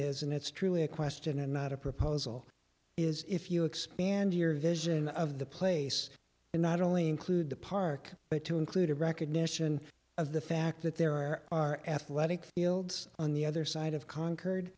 is and it's truly a question and not a proposal is if you expand your vision of the place and not only include the park but to include a recognition of the fact that there are athletic fields on the other side of concord